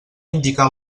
indicar